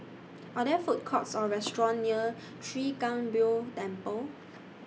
Are There Food Courts Or restaurants near Chwee Kang Beo Temple